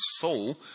soul